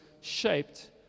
shaped